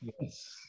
yes